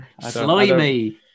Slimy